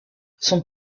son